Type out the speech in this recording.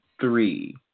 three